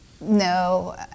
no